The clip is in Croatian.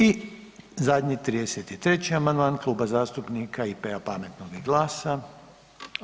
I zadnji 33. amandman Kluba zastupnika IP-a, Pametnog i GLAS-a.